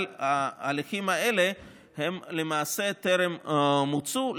אבל ההליכים האלה טרם מוצו,